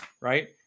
right